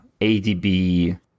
ADB